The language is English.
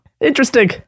Interesting